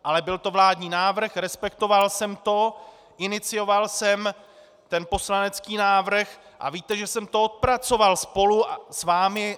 Ale byl to vládní návrh, respektoval jsem to, inicioval jsem poslanecký návrh a víte, že jsem to odpracoval spolu s vámi.